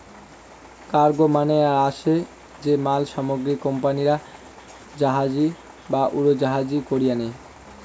cargo মানে হসে যে মাল সামগ্রী কোম্পানিরা জাহাজী বা উড়োজাহাজী করি আনি